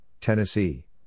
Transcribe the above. Tennessee